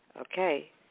Okay